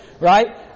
Right